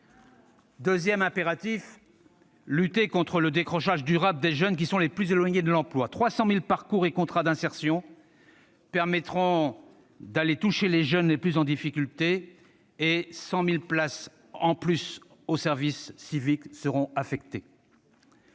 Deuxième impératif : lutter contre le décrochage durable des jeunes qui sont les plus éloignés de l'emploi. Quelque 300 000 parcours et contrats d'insertion permettront d'aller toucher les jeunes les plus en difficulté et 100 000 places supplémentaires seront affectées